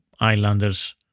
islanders